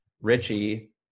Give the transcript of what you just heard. Richie